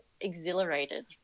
exhilarated